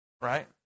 right